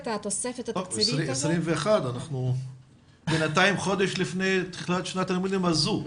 אנחנו חודש לפני תחילת שנת הלימודים הזו.